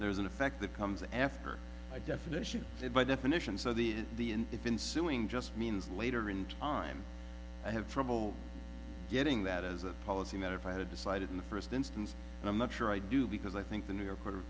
there's an effect that comes after a definition by definition so the the in if in suing just means later in time i have trouble getting that as a policy matter if i had decided in the first instance and i'm not sure i do because i think the new york